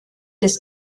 des